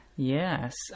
Yes